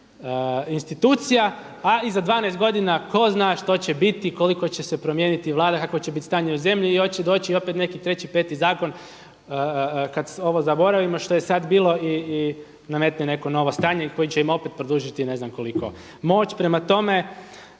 institucija, a i za 12 godina tko zna što će biti koliko će se promijeniti Vlada, kavo će biti stanje u zemlji i hoće doći opet neki treći, peti zakon kada ovo zaboravimo što je sada bilo i nametne neko novo stanje koje će im opet produžiti ne znam koliko moć. Prema tome,